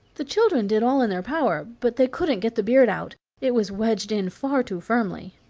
the children did all in their power, but they couldn't get the beard out it was wedged in far too firmly.